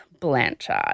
Blanchard